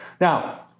Now